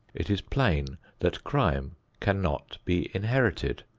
it is plain that crime cannot be inherited.